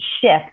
shift